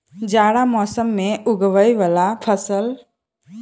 जाड़ा मौसम मे उगवय वला फसल?